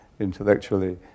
intellectually